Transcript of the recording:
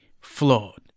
flawed